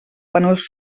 penós